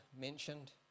mentioned